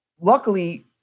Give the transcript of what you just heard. luckily